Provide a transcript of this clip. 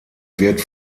wird